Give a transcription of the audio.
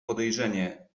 podejrzenie